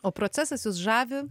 o procesas jus žavi